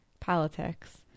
politics